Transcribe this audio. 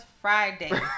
Friday